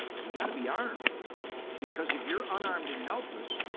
you gotta be armed because if you're unarmed and helpless,